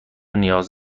نیاز